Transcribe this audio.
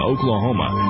Oklahoma